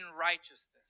righteousness